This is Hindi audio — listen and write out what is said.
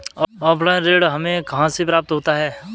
ऑफलाइन ऋण हमें कहां से प्राप्त होता है?